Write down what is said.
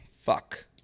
Fuck